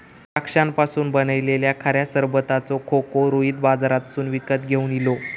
द्राक्षांपासून बनयलल्या खऱ्या सरबताचो खोको रोहित बाजारातसून विकत घेवन इलो